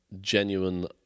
genuine